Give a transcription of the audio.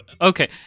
Okay